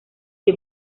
the